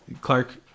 Clark